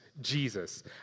Jesus